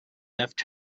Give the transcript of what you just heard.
left